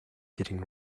getting